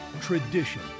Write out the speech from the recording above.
tradition